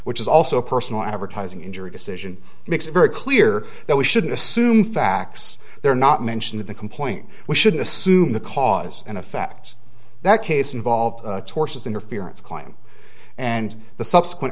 which is also a personal advertising injury decision makes it very clear that we shouldn't assume facts they're not mentioned in the complaint we shouldn't assume the cause and effect that case involved tortious interference climb and the subsequent